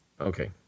Okay